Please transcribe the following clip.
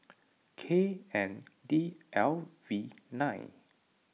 K N D L V nine